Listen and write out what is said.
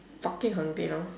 fucking hungry now